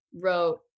wrote